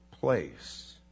place